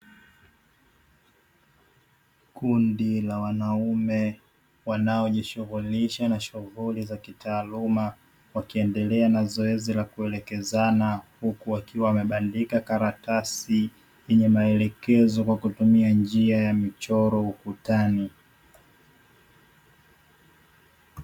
Kundi la wanaume wanaojishughulisha na shughuli za kitaaluma, wakiendelea na zoezi la kuelekezana huku wakiwa wamebandika karatasi yenye maelekezo kwa kutumia njia ya michoro ukutani.